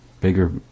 bigger